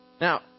Now